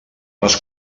les